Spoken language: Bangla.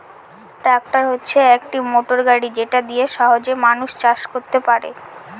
ট্র্যাক্টর হচ্ছে একটি মোটর গাড়ি যেটা দিয়ে সহজে মানুষ চাষ করতে পারে